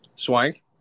Swank